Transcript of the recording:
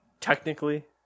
Technically